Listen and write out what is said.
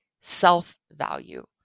self-value